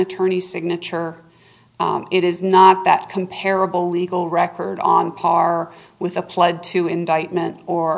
attorney signature it is not that comparable legal record on par with a pled to indictment or